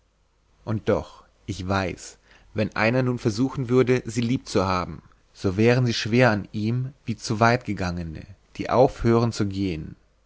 und doch ich weiß wenn einer nun versuchte sie liebzuhaben so wären sie schwer an ihm wie zuweitgegangene die aufhören zu gehn